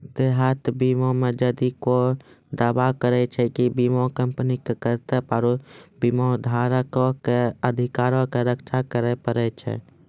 देयता बीमा मे जदि कोय दावा करै छै, बीमा कंपनी के कर्तव्य आरु बीमाधारको के अधिकारो के रक्षा करै पड़ै छै